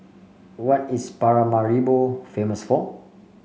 what is Paramaribo famous for